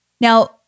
Now